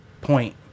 point